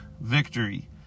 victory